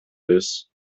this